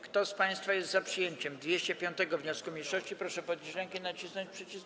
Kto z państwa jest za przyjęciem 205. wniosku mniejszości, proszę podnieść rękę i nacisnąć przycisk.